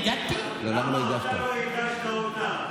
למה אתה לא הגשת, שאתה מדבר עליהם.